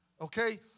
okay